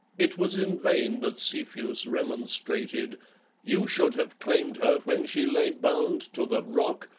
it was in vain that cepheus remonstrated you should have claimed her when she lay bound to the rock,